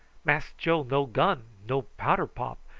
mass joe no gun, no powder pop,